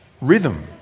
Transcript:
rhythm